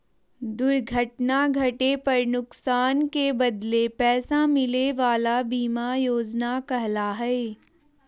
दुर्घटना घटे पर नुकसान के बदले पैसा मिले वला बीमा योजना कहला हइ